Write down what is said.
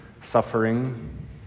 suffering